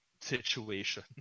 situation